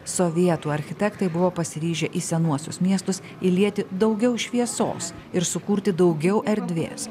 sovietų architektai buvo pasiryžę į senuosius miestus įlieti daugiau šviesos ir sukurti daugiau erdvės